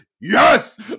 Yes